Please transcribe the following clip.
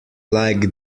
like